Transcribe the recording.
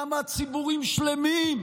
למה ציבורים שלמים,